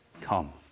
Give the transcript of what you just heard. Come